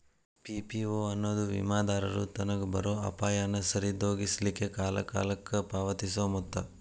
PPO ಎನ್ನೊದು ವಿಮಾದಾರರು ತನಗ್ ಬರೊ ಅಪಾಯಾನ ಸರಿದೋಗಿಸ್ಲಿಕ್ಕೆ ಕಾಲಕಾಲಕ್ಕ ಪಾವತಿಸೊ ಮೊತ್ತ